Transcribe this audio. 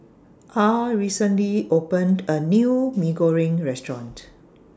Ah recently opened A New Mee Goreng Restaurant